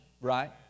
right